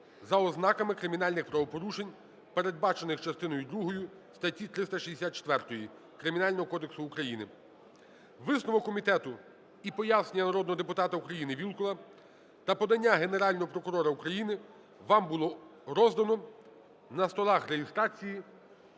за ознаками кримінальних правопорушень, передбачених частиною другою статті 364 Кримінального кодексу України. Висновок комітету і пояснення народного депутата України Вілкула та подання Генерального прокурора України вам було роздано на столах реєстрації